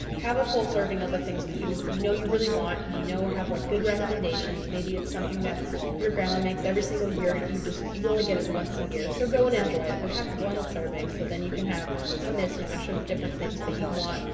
have a full serving of the things that you you know you really want you know or have like good recommendations. maybe it's something that your grandma makes every single year and you only get it once a year. so go and enjoy it but have one serving so then you can have a mismatch of different things that you want,